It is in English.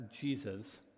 Jesus